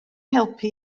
helpu